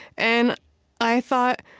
and i thought,